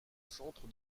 centre